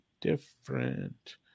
different